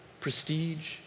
Prestige